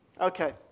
Okay